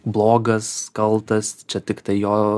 blogas kaltas čia tiktai jo